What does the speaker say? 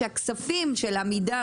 שהכספים של עמידר,